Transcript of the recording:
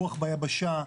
רוח ביבשה,